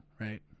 right